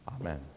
Amen